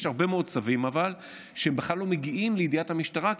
יש הרבה צווים שבכלל לא מגיעים לידיעת המשטרה כי